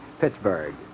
Pittsburgh